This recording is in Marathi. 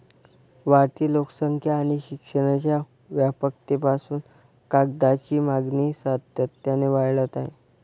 वाढती लोकसंख्या आणि शिक्षणाच्या व्यापकतेपासून कागदाची मागणी सातत्याने वाढत आहे